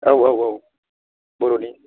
औ औ औ बर'नि